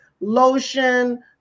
lotion